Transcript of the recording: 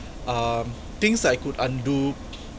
um things that I could undo